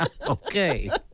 Okay